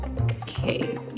Okay